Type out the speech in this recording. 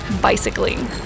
bicycling